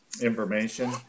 information